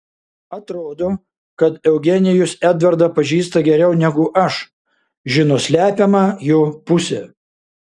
atrodo kad eugenijus edvardą pažįsta geriau negu aš žino slepiamą jo pusę